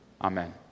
Amen